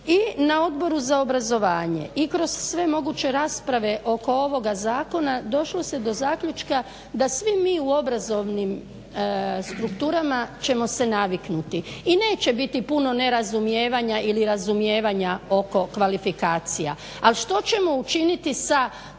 I na Odboru za obrazovanje i kroz sve moguće rasprave oko ovoga Zakona došlo se do zaključka da svi mi u obrazovnim strukturama ćemo se naviknuti i neće biti puno nerazumijevanja ili razumijevanja oko kvalifikacija. Ali što ćemo učiniti sa